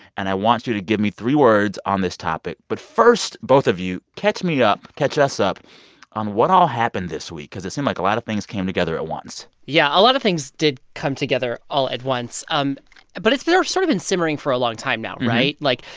and i want you to give me three words on this topic. but first, both of you, catch me up. catch us up on what all happened this week cause it seemed like a lot of things came together at once yeah. a lot of things did come together all at once. um but it's sort of been simmering for a long time now, right? like,